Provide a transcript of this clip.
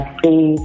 see